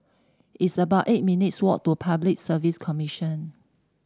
it's about eight minutes walk to Public Service Commission